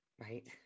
Right